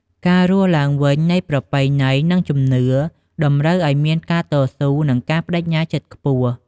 ការរស់ឡើងវិញនៃប្រពៃណី និងជំនឿ តម្រូវឱ្យមានការតស៊ូ និងការប្តេជ្ញាចិត្តខ្ពស់។